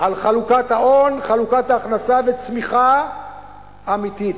על חלוקת ההון, חלוקת ההכנסה וצמיחה אמיתית.